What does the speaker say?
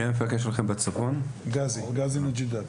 המפקח שלנו בצפון גאזי מג'דאדה.